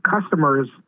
customers